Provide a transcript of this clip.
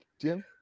Jim